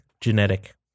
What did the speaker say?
genetic